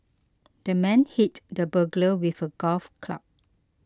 the man hit the burglar with a golf club